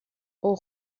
اوه